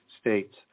states